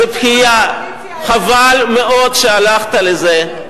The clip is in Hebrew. זו בכייה, חבל מאוד שהלכת לזה.